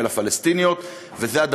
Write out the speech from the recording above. אלא פלסטיניות,